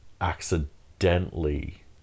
accidentally